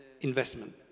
investment